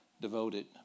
devoted